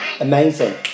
Amazing